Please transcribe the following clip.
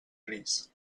gris